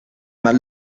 más